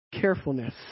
carefulness